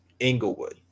Englewood